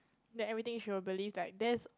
then everything she will believe like there's